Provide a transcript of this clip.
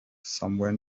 somewhere